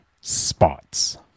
spots